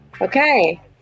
Okay